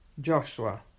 Joshua